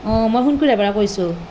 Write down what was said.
অঁ মই সোণকুৰহাৰ পৰা কৈছোঁ